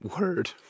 Word